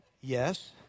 Yes